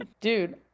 Dude